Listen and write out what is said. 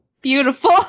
beautiful